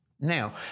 Now